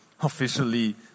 officially